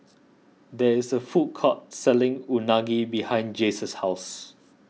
there is a food court selling Unagi behind Jace's house